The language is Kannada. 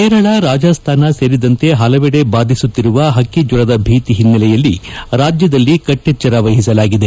ಕೇರಳ ರಾಜಸ್ಥಾನ ಸೇರಿದಂತೆ ಹಲವೆಡೆ ಬಾಧಿಸುತ್ತಿರುವ ಹಕ್ಕಿ ಜ್ಲರದ ಭೀತಿ ಹಿನ್ನೆಲೆಯಲ್ಲಿ ರಾಜ್ಯದಲ್ಲಿ ಕಟ್ಟೆಚ್ಚರ ವಹಿಸಲಾಗಿದೆ